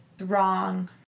wrong